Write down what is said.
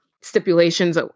stipulations